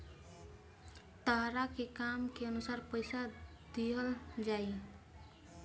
तहरा के काम के अनुसार पइसा दिहल जाइ